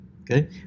Okay